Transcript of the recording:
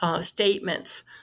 statements